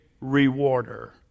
rewarder